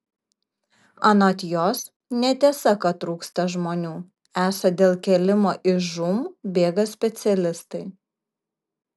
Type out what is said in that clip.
anot jos netiesa kad trūksta žmonių esą dėl kėlimo iš žūm bėga specialistai